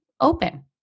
open